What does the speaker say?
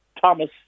Thomas